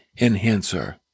enhancer